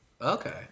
Okay